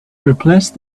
replace